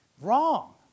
Wrong